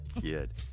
kid